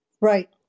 right